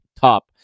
top